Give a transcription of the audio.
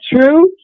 true